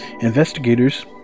Investigators